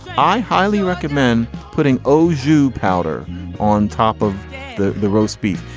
i highly recommend putting oh you powder on top of the the roast beef.